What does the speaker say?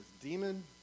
demon